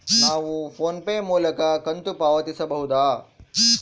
ನಾವು PhonePe ಮೂಲಕ ಕಂತು ಪಾವತಿಸಬಹುದಾ?